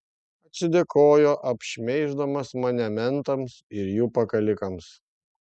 atsidėkojo apšmeiždamas mane mentams ir jų pakalikams